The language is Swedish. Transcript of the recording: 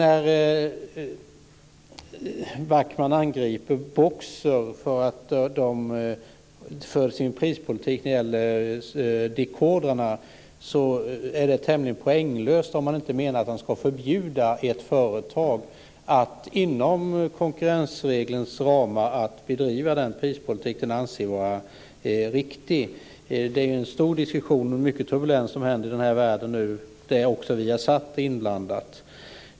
Jan Backman angriper Boxer för dess prispolitik för dekodrarna. Det är tämligen poänglöst om man inte menar att man ska förbjuda ett företag att inom konkurrensreglernas ramar bedriva den prispolitik det anser vara riktig. Det är nu en stor diskussion och mycket turbulens i den här världen, där också Viasat är inblandat.